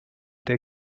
der